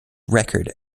record